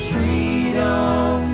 Freedom